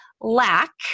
lack